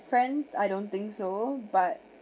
friends I don't think so but